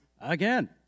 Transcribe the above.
again